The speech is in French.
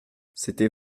c’était